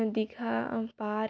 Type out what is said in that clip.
Digha park